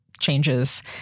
changes